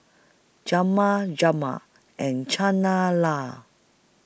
Jma Jma and Chana La